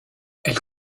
elle